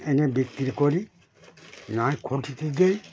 এনে বিক্রি করি না খঁটিতে গই